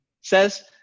says